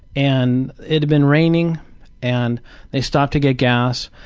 and it had been raining and they stopped to get gas.